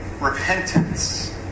repentance